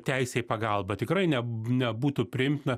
teisę į pagalbą tikrai neb nebūtų priimtina